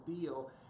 deal